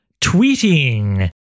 Tweeting